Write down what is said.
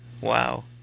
wow